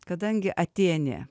kadangi atėnė